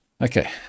Okay